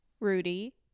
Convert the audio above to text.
Rudy